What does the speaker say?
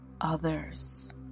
others